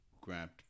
grabbed